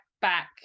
back